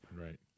Right